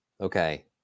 Okay